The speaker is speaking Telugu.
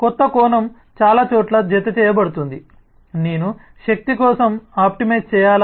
కొత్త కోణం చాలా చోట్ల జతచేయబడుతోంది నేను శక్తి కోసం ఆప్టిమైజ్ చేయాలా